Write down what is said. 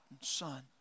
Son